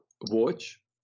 watch